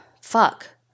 fuck